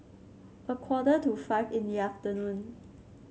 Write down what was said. a quarter to five in the afternoon